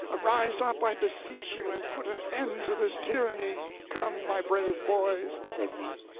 arise up, i beseech you, and put an end to this tyranny. come, my brave boys, said he,